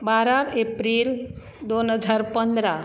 बारा एप्रिल दोन हजार पंदरा